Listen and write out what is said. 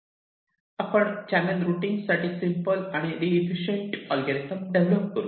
आपण channel routing साठी simple आणि रीइफिशियंट अल्गोरिदम डेव्हलप करू